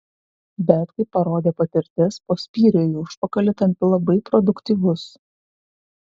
bet kaip parodė patirtis po spyrio į užpakalį tampi labai produktyvus